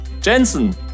Jensen